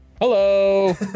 Hello